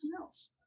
else